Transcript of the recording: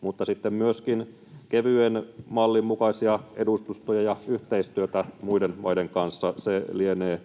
mutta sitten on myöskin kevyen mallin mukaisia edustustoja ja yhteistyötä muiden maiden kanssa, mikä lienee